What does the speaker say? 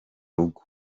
rugo